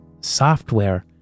software